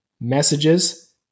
messages